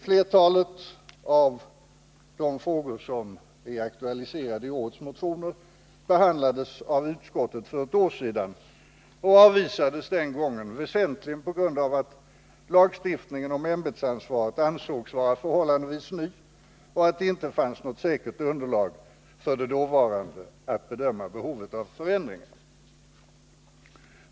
Flertalet av de frågor som är aktualiserade i årets motioner behandlades av utskottet för ett år sedan och avvisades den gången, väsentligen på den grund att lagstiftningen om ämbetsansvaret ansågs vara förhållandevis ny och att det inte fanns något säkert underlag för att bedöma behovet av förändringar.